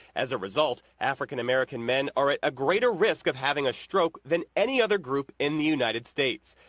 as a result african-american men are at a greater risk of having a stroke than any other group in the united states.